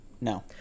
No